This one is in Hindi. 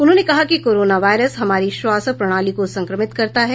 उन्होंने कहा कि कोरोना वायरस हमारी श्वास प्रणाली को संक्रमित करता है